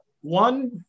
one